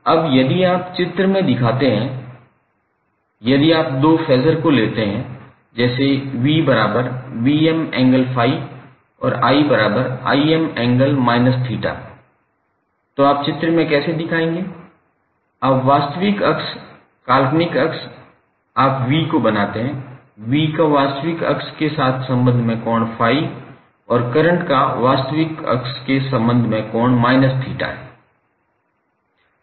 अब यदि आप चित्र में दिखाते हैं तो यदि आप दो फेज़र को लेते हैं जैसे 𝑽𝑉𝑚∠∅और 𝑰𝐼𝑚∠−𝜃 तो आप चित्र में कैसे दिखाएंगे आप वास्तविक अक्ष काल्पनिक अक्ष आप 𝑽 को बनाते है V का वास्तविक अक्ष के संबंध में कोण ∅ और करंट 𝑰 का वास्तविक अक्ष के संबंध में कोण −𝜃 है